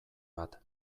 bat